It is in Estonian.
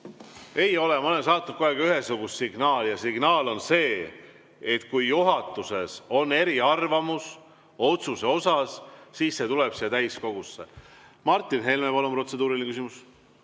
Ei ole, ma olen kogu aeg saatnud ühesugust signaali. Ja signaal on see, et kui juhatuses on eriarvamus otsuse osas, siis see tuleb siia täiskogusse. Martin Helme, palun, protseduuriline küsimus!